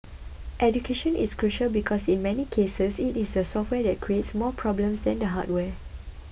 education is crucial because in many cases it is the software that creates more problems than the hardware